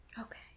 Okay